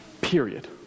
Period